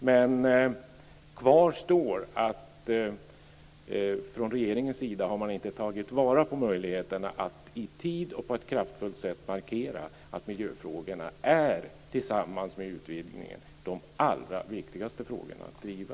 Men kvar står att regeringen inte tagit vara på möjligheterna att i tid och på ett kraftfullt sätt markera att miljöfrågorna tillsammans med utvidgningen är de allra viktigaste frågorna att driva.